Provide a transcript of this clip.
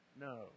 No